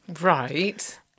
right